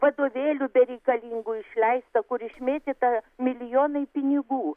vadovėlių bereikalingų išleista kur išmėtyta milijonai pinigų